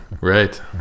Right